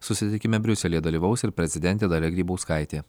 susitikime briuselyje dalyvaus ir prezidentė dalia grybauskaitė